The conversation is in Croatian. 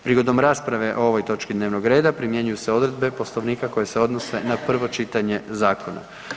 Prigodom rasprave o ovoj točki dnevnog reda primjenjuju se odredbe Poslovnika koje se odnose na prvo čitanje Zakona.